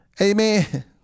Amen